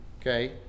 okay